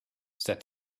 said